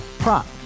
Prop